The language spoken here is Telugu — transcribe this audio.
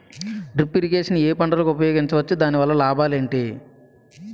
డ్రిప్ ఇరిగేషన్ ఏ పంటలకు ఉపయోగించవచ్చు? దాని వల్ల లాభాలు ఏంటి?